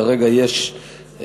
כרגע יש,